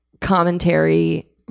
commentary